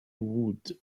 wood